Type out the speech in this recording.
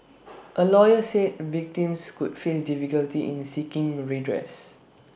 A lawyer said victims could face difficulties in seeking redress